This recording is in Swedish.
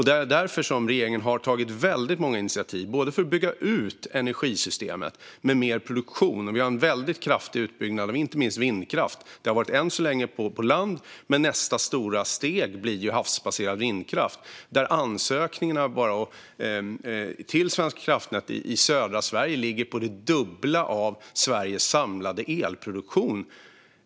Det är därför regeringen har tagit väldigt många initiativ för att bygga ut energisystemet med mer produktion. Vi har en väldigt kraftig utbyggnad av inte minst vindkraft. Än så länge har det skett på land, men nästa stora steg blir ju havsbaserad vindkraft, där bara ansökningarna till Svenska kraftnät i södra Sverige ligger på det dubbla av Sveriges samlade elproduktion.